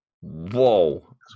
Whoa